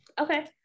okay